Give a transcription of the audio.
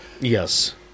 Yes